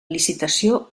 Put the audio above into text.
licitació